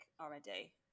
already